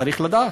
צריך לדעת.